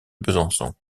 besançon